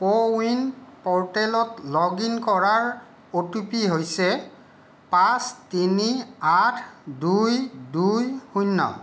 কো win প'ৰ্টেলত log in কৰাৰ O T P হৈছে পাঁচ তিনি আঠ দুই দুই শূন্য